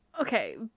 Okay